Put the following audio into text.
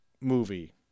movie